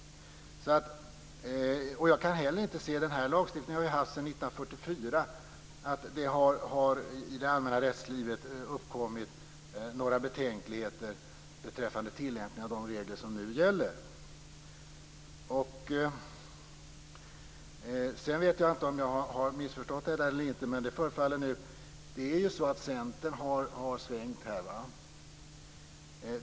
Den här lagstiftningen har vi haft sedan 1944, och jag kan inte se att det i det allmänna rättslivet har uppkommit några betänkligheter beträffande tillämpningen av de regler som nu gäller. Sedan vet jag inte om jag har missförstått det eller inte, men det är ju så att Centern har svängt.